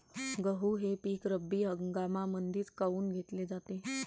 गहू हे पिक रब्बी हंगामामंदीच काऊन घेतले जाते?